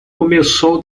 começou